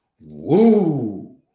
Woo